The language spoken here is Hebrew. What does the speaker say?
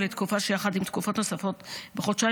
או לתקופה שיחד עם תקופות נוספות בחודשיים